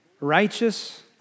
righteous